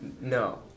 No